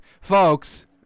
Folks